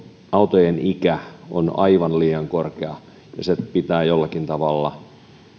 autojen ikä on aivan liian korkea ja se pitää jollakin tavalla